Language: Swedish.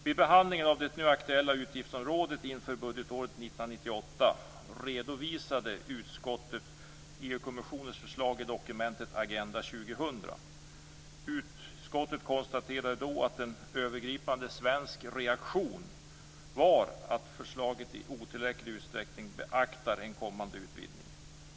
Vid behandlingen av det nu aktuella utgiftsområdet inför budgetåret 1998 redovisade utskottet EU Utskottet konstaterade då att en övergripande svensk reaktion var att förslaget i otillräcklig utsträckning beaktar den kommande utvidgningen.